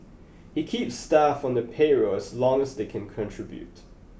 he keeps staff on the payroll as long as they can contribute